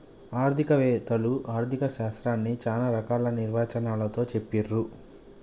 ఆర్థిక వేత్తలు ఆర్ధిక శాస్త్రాన్ని చానా రకాల నిర్వచనాలతో చెప్పిర్రు